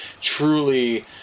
truly